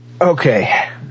okay